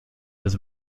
his